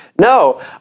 No